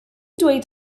dweud